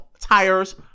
tires